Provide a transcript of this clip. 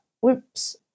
whoops